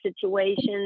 situations